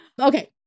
Okay